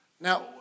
Now